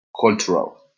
cultural